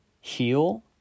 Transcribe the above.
heal